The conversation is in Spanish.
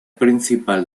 principal